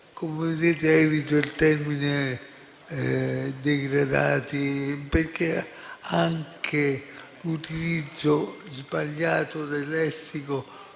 Come vedete evito il termine "degradati", perché anche l'utilizzo sbagliato del lessico